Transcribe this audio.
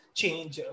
change